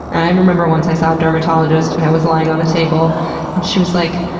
and i remember once i saw a dermatologist and i was lying on the table and she was like,